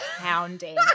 Pounding